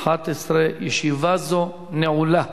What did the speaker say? הצעת החוק נתקבלה ותועבר להכנתה לקריאה שנייה ושלישית לוועדת החוקה,